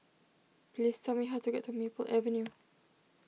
please tell me how to get to Maple Avenue